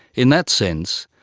in that sense,